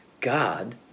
God